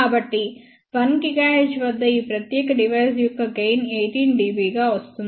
కాబట్టి 1 GHz వద్ద ఈ ప్రత్యేక డివైస్ యొక్క గెయిన్ 18 dB గా వస్తుంది